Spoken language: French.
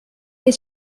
des